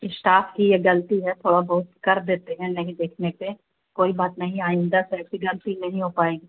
staff کی یہ غلطی ہے تھوڑا بہت کر دیتے ہیں نہیں دیکھنے پہ کوئی بات نہیں آئندہ سے ایسی غلطی نہیں ہو پائے گی